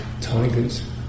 tigers